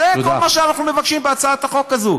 זה כל מה שאנחנו מבקשים בהצעת החוק הזאת.